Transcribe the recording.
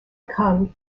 kung